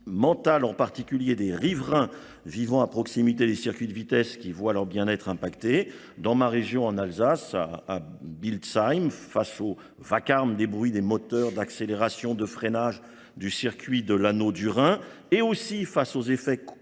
mentale, en particulier des riverains vivant à proximité des circuits de vitesse qui vont alors bien être impactés. Dans ma région, en Alsace, à Biltzheim, face au vacarme des bruits des moteurs d'accélération, de freinage, du circuit de l'anneau du Rhin et aussi face aux effets